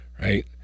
Right